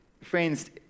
Friends